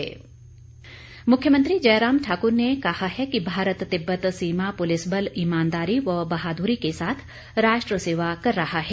मुख्यमंत्री मुख्यमंत्री जयराम ठाकुर ने कहा है कि भारत तिब्बत सीमा पुलिस बल ईमानदारी व बहादुरी के साथ राष्ट्र सेवा कर रहा है